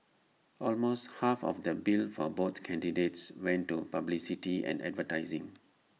almost half of the bill for both candidates went to publicity and advertising